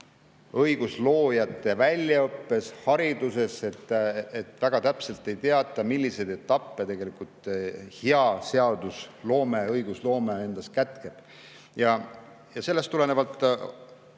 õigusloojate väljaõppes, hariduse andmisel nendele – väga täpselt ei teata, milliseid etappe tegelikult hea seadusloome, õigusloome endas kätkeb. Sellest tulenevalt